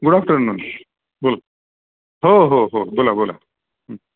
good afternoon बोल हो हो हो बोला बोला